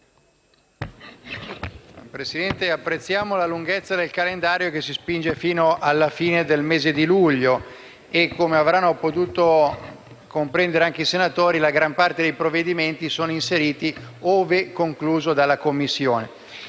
Presidente, apprezziamo la lunghezza del calendario, che si spinge fino alla fine del mese di luglio. Come avranno potuto comprendere anche i senatori, la gran parte dei provvedimenti sono inseriti «ove conclusi dalle Commissioni».